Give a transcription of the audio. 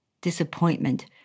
disappointment